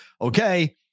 Okay